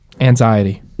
Anxiety